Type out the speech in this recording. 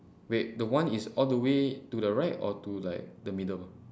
wait the one is all the way to the right or to like the middle